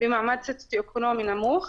במעמד סוציו-אקונומי נמוך,